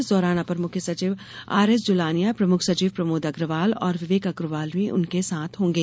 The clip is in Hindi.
इस दौरान अपर मुख्य सचिव आरएस जुलानिया प्रमुख सचिव प्रमोद अग्रवाल और विवेक अग्रवाल भी उनके साथ होंगे